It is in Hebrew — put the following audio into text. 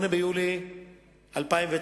13 ביולי 2009,